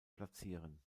platzieren